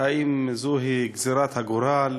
אם זו היא גזירת הגורל